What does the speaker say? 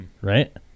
right